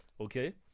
okay